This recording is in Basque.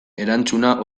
erantzuna